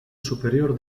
superior